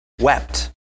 wept